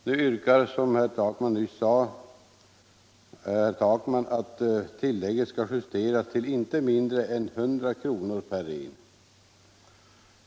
Nu yrkar herr Takman att tillägget skall justeras till inte mindre än 100 kr. per ren.